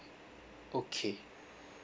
okay